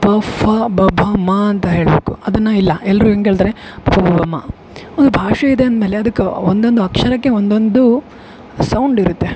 ಪ ಫ ಬ ಭ ಮಾ ಅಂತ ಹೇಳಬೇಕು ಅದನ್ನ ಇಲ್ಲ ಎಲ್ಲರೂ ಹಿಂಗೆ ಹೇಳ್ತಾರೆ ಪಪಬಭಮ ಒಂದು ಭಾಷೆ ಇದೆ ಅಂದ್ಮೇಲೆ ಅದಕ್ಕೆ ಒಂದು ಒಂದು ಅಕ್ಷರಕ್ಕೆ ಒಂದೊಂದು ಸೌಂಡ್ ಇರತ್ತೆ